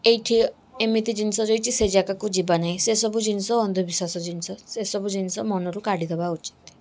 ଏଇଠି ଏମିତି ଜିନିଷ ରହିଛି ସେ ଯାଗାକୁ ଯିବା ନାହିଁ ସେ ସବୁ ଜିନିଷ ଅନ୍ଧବିଶ୍ୱାସ ଜିନିଷ ସେ ସବୁ ଜିନିଷ ମନରୁ କାଢ଼ି ଦେବା ଉଚିତ୍